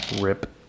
rip